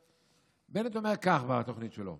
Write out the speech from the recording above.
בנט אומר כך בתוכנית שלו.